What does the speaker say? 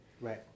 Right